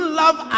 love